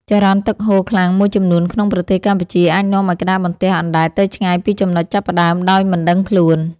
ចរន្តទឹកហូរខ្លាំងមួយចំនួនក្នុងប្រទេសកម្ពុជា អាចនាំឱ្យក្តារបន្ទះអណ្ដែតទៅឆ្ងាយពីចំណុចចាប់ផ្ដើមដោយមិនដឹងខ្លួន។